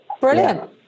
Brilliant